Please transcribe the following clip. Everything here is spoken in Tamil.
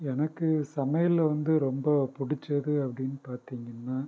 எனக்கு சமையலில் வந்து ரொம்ப பிடித்தது அப்படினு பார்த்தீங்கன்னா